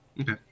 Okay